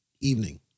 evening